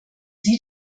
sie